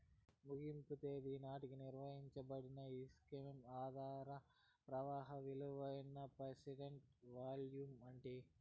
మదింపు తేదీ నాటికి నిర్వయించబడిన ఇన్కమ్ ఆదాయ ప్రవాహం విలువనే ప్రెసెంట్ వాల్యూ అంటీ